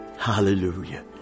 Hallelujah